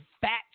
fat